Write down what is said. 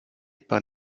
par